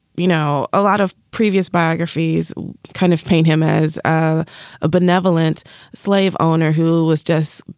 you know, a lot of previous biographies kind of paint him as ah a benevolent slave owner who was just,